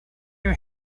new